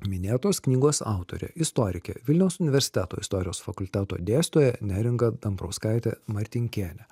minėtos knygos autorė istorikė vilniaus universiteto istorijos fakulteto dėstytoja neringa dambrauskaitė martinkienė